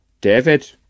David